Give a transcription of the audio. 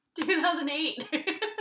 2008